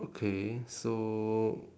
okay so